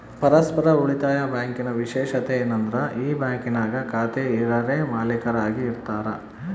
ಪರಸ್ಪರ ಉಳಿತಾಯ ಬ್ಯಾಂಕಿನ ವಿಶೇಷತೆ ಏನಂದ್ರ ಈ ಬ್ಯಾಂಕಿನಾಗ ಖಾತೆ ಇರರೇ ಮಾಲೀಕರಾಗಿ ಇರತಾರ